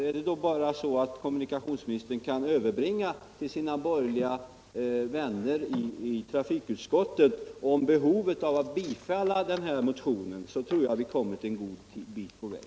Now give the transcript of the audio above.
Är det då bara så att kommunikationsministern till sina borgerliga vänner i trafikutskottet kan överbringa insikten om behovet av att bifalla den här motionen, så tror jag att vi har kommit en god bit på väg.